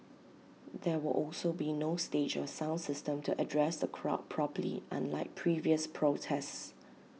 there will also be no stage or sound system to address the crowd properly unlike previous protests